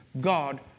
God